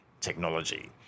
technology